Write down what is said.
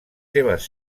seves